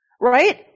right